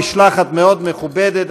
משלחת מאוד מכובדת,